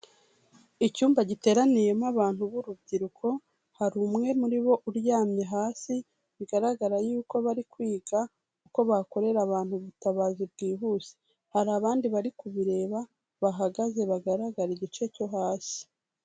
Icyumba giteraniyemo abantu b'urubyiruko hari umwe muri bo uryamye hasi bigaragara yuko bari kwiga uko bakorera abantu ubutabazi bwihuse, hari abandi bari kubireba bahagaze bagaraga igice cyo hasi.